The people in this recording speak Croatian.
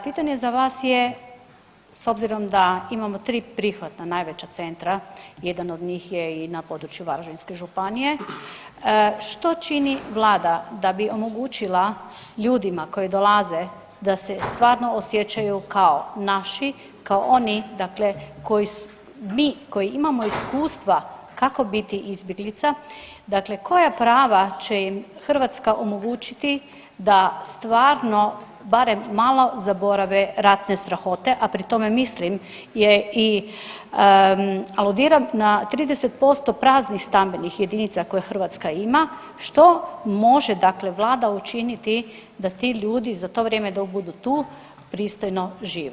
Pitanje za vas je s obzirom da imamo tri prihvatna najveća centra, jedan od njih je i na području Varaždinske županije, što čini Vlada da bi omogućila ljudima koji dolaze, da se stvarno osjećaju kao naši, kao oni dakle koji, mi koji imamo iskustva kako biti izbjeglica, dakle koja prava će im Hrvatska omogućiti da stvarno barem malo zaborave ratne strahote, a pri tome mislim i aludiram na 30% praznih stambenih jedinica koje Hrvatska ima, što može dakle Vlada učiniti da ti ljudi za to vrijeme dok budu tu, pristojno žive?